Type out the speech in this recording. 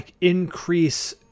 increase